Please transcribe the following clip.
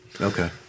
Okay